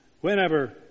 whenever